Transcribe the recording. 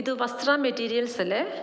ഇത് വസ്ത്രാ മെറ്റീരിയൽസ് അല്ലെ